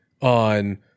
on